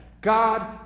God